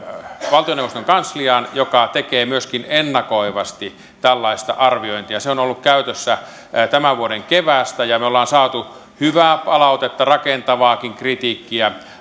valtioneuvoston kansliaan lainsäädännön arviointineuvoston joka tekee myöskin ennakoivasti tällaista arviointia se on ollut käytössä tämän vuoden keväästä ja olemme saaneet hyvää palautetta rakentavaakin kritiikkiä